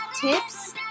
tips